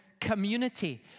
community